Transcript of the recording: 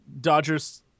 Dodger's